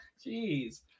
Jeez